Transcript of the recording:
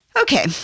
Okay